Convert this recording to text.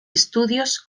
estudios